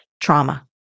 trauma